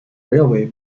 railway